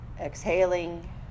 exhaling